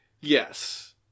Yes